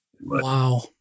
wow